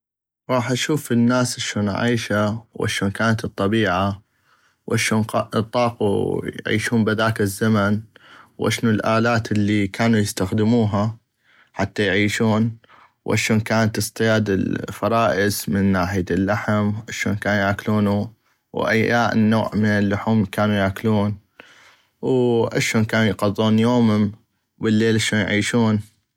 غاح اشوف الناس اشون عيشة واشون كانت الطبيعة واشون طاقو يعيشون بهذاك الزمن واشنو الالات الي كانو يستخدموها حتى يعيشون واشون كان اصطياد الفرائس من ناحية اللحم اشون كانو ياكلونو ويا نوع من اللحوم كانو ياكلون واشون كانو يقضون يومم وبليل اشون يعيشون.